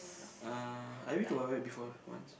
uh I been to Wild-Wild-Wet before once